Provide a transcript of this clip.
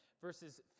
Verses